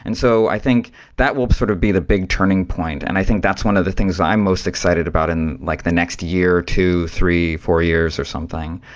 and so i think that will sort of be the big turning point, and i think that's one of the things i'm most excited about in like the next year, two, three, four years or something,